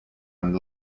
and